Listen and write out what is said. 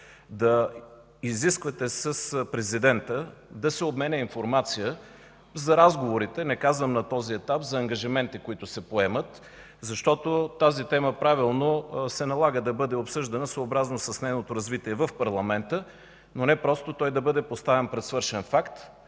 да изисквате с президента да се обменя информация за разговорите, не казвам на този етап за ангажименти, които се приемат, защото тази тема правилно се налага да бъде обсъждана в парламента, съобразно с нейното развитие, но не просто той да бъде поставен пред свършен факт,